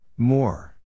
More